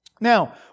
Now